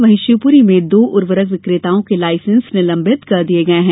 वहीं शिवपूरी में दो उरर्वक विक्रेताओं के लायसेन्स निलंबित कर दिये गये हैं